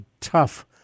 tough